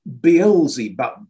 Beelzebub